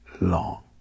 long